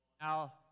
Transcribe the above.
Now